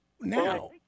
now